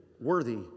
worthy